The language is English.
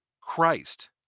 Christ